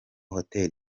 hotel